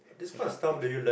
that kind of thing